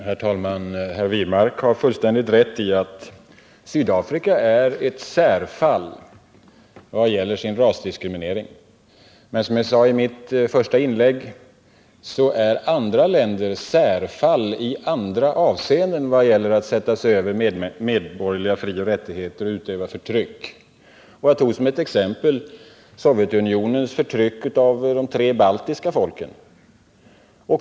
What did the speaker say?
Herr talman! Herr Wirmark har fullständigt rätt i att Sydafrika är ett särfall i sin rasdiskriminering. Men som jag sade i mitt första inlägg är andra länder särfall i andra avseenden när det gäller att sätta sig över medborgerliga frioch rättigheter och utöva förtryck. Jag nämnde som exempel Sovjetunionens förtryck av de tre baltiska folken.